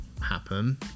happen